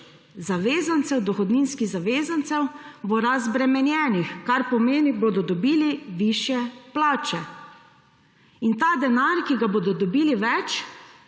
zavezancev, dohodninskih zavezancev, bo razbremenjenih, kar pomeni, da bodo dobili višje plače in ta denar, ki ga bodo dobili več,